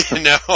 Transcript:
No